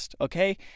Okay